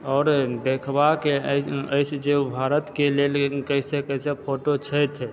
आओर देखबाके अछि जे भारतके लेल कैसे कैसे फोटो छथि